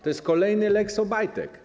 To jest kolejny lex Obajtek.